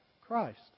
christ